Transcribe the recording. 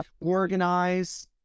organize